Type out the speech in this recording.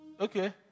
Okay